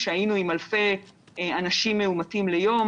כשהיינו עם אלפי אנשים מאומתים ליום.